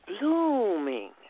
Blooming